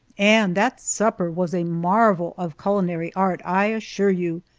and that supper was a marvel of culinary art, i assure you,